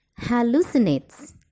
hallucinates